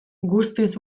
guztiz